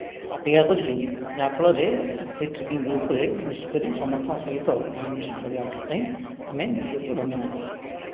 ଅପେକ୍ଷା କରିଛୁ ଯାହା ଫଳରେ ସେ ଟ୍ରେକିଂ ଗ୍ରୁପରେ ମିଶିକରି ସମସ୍ତଙ୍କ ସହିତ ମିଳିମିଶି ଚଳିବା ପାଇଁ ଆମେ ନିଜକୁ ଧନ୍ୟ ମନେ କରୁ